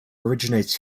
originates